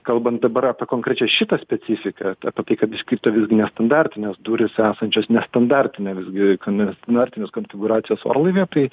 kalbant dabar apie konkrečia šitą specifiką apie tai kad iškrito nestandartinės durys esančios nestandartinė visgi kani nestandartinės konfigūracijos orlaivyje tai